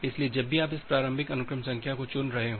इसलिए जब भी आप इस प्रारंभिक अनुक्रम संख्या को चुन रहे हों